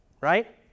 right